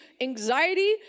anxiety